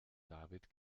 david